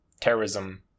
terrorism